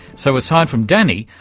so, aside from danny,